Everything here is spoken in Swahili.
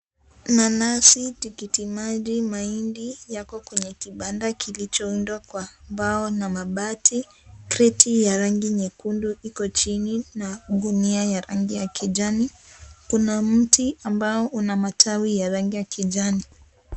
Nanasi, tikiti maji, mahindi yako kwenye kibanda kilichoundwa kwa mbao na mabati. Kreti ya rangi nyekundu iko chini na gunia ya rangi ya kijani. Kuna mti ambao una matawi ya rangi ya kijani.